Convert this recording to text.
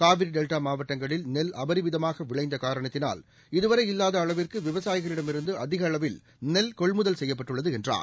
Kaveri delta மாவட்டங்களில் நெல் அபரிதமாக விளைந்த காரணத்தினால் இதுவரை இல்லாத அளவிற்கு விவசாயிகளிடமிருந்து அதிகளவில் நெல் கொள்முதல் செய்யப்பட்டுள்ளது என்றார்